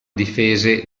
difese